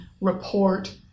report